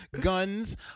guns